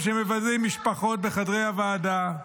אתם שמבזים משפחות בחדרי הוועדה,